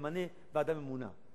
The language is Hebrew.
אמנה ועדה ממונה.